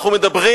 אנחנו מדברים